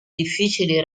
difficili